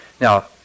Now